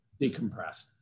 decompress